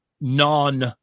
non